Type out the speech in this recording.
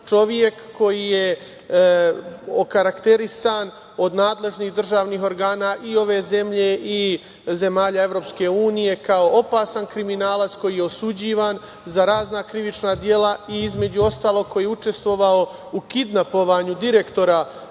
Čovek koji je okarakterisan od nadležnih državnih organa i ove zemlje i zemalja EU kao opasan kriminalac koji je osuđivan za razna krivična dela i između ostalog koji je učestvovao u kidnapovanju direktora